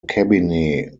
cabinet